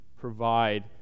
provide